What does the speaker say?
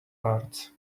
guards